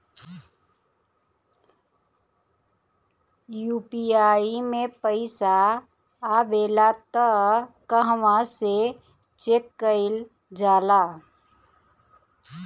UPI मे पइसा आबेला त कहवा से चेक कईल जाला?